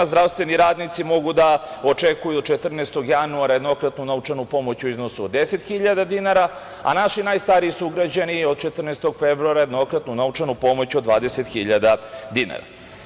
Zdravstveni radnici mogu da očekuju 14. januara jednokratnu novčanu pomoć u iznosu od 10.000 dinara a naši najstariji sugrađani od 14. februara jednokratnu novčanu pomoć od 20.000 dinara.